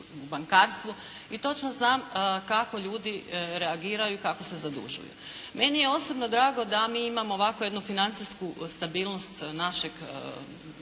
i točno znam kako ljudi reagiraju, kako se zadužuju. Meni je osobno drago da mi imamo ovakvu jednu financijsku stabilnost našeg